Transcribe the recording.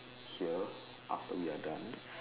here after we are done